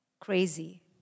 crazy